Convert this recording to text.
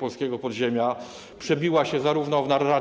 polskiego podziemia, przebiła się zarówno w narracji.